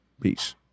Peace